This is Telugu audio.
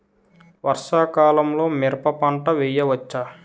వర్షాకాలంలో మిరప పంట వేయవచ్చా?